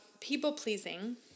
people-pleasing